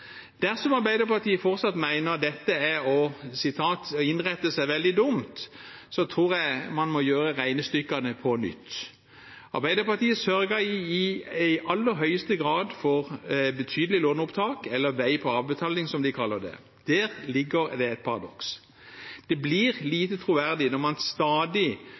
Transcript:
Dersom Arbeiderpartiet fortsatt mener at dette er å innrette seg veldig dumt, tror jeg man må gjøre regnestykkene på nytt. Arbeiderpartiet sørget i aller høyeste grad for betydelige låneopptak, eller «veier på avbetaling», som de kaller det. Der ligger det et paradoks. Det blir lite troverdig når man stadig